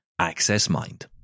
AccessMind